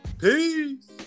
Peace